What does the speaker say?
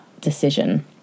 decision